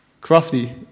crafty